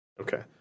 Okay